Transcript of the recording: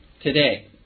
today